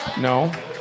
No